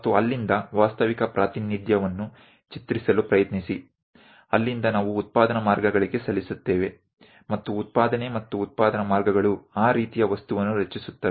ಮತ್ತು ಅಲ್ಲಿಂದ ವಾಸ್ತವಿಕ ಪ್ರಾತಿನಿಧ್ಯವನ್ನು ಚಿತ್ರಿಸಲು ಪ್ರಯತ್ನಿಸಿ ಅಲ್ಲಿಂದ ನಾವು ಉತ್ಪಾದನಾ ಮಾರ್ಗಗಳಿಗೆ ಸಲ್ಲಿಸುತ್ತೇವೆ ಮತ್ತು ಉತ್ಪಾದನೆ ಮತ್ತು ಉತ್ಪಾದನಾ ಮಾರ್ಗಗಳು ಆ ರೀತಿಯ ವಸ್ತುವನ್ನು ರಚಿಸುತ್ತವೆ